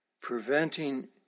Preventing